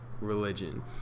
religion